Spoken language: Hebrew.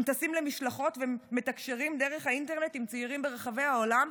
הם טסים למשלחות ומתקשרים דרך האינטרנט עם צעירים ברחבי העולם,